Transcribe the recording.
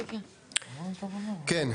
כן, כן.